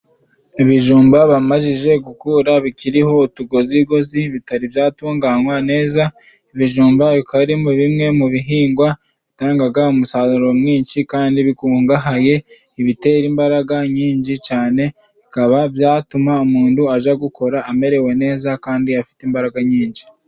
Ibijumba bamajije gukura bikiriho utugozigozi bitari byatunganywa neza, ibijumba bikaba ari muri bimwe mu bihingwa bitangaga umusaruro mwinshi kandi bikungahaye ibitera imbaraga nyinji cyane bikaba byatuma umuntu aja gukora amerewe neza kandi afite imbaraga nyinji.